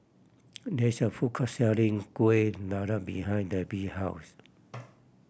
there is a food court selling Kueh Dadar behind Debbi house